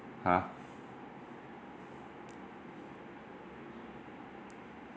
!huh!